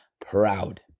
PROUD